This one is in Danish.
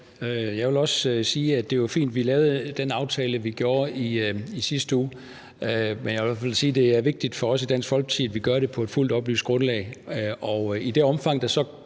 Jeg vil også sige, at det var fint, vi lavede den aftale, vi gjorde i sidste uge, men jeg vil i hvert fald sige, at det er vigtigt for os i Dansk Folkeparti, at vi gør det på et fuldt oplyst grundlag. Og i det omfang, der så